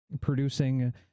producing